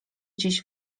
gdzieś